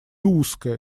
узкая